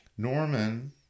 Norman